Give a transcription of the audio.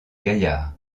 gaillard